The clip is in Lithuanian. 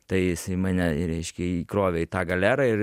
tai jisai mane reiškia įkrovė į tą galerą ir